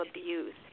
abuse